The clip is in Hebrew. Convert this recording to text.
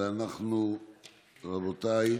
רבותיי,